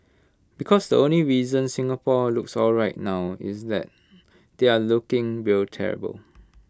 because the only reason Singapore looks alright now is that they are looking real terrible